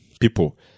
people